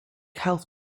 health